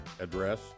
address